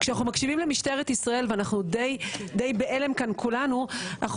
כשאנחנו מקשיבים למשטרת ישראל ואנחנו די בהלם כאן כולנו אנחנו